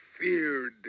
feared